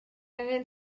angen